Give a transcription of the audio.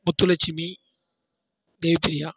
Muthulakshmi Devipriya